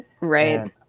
right